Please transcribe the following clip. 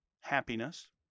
happiness